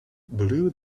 blew